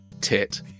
Tit